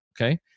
Okay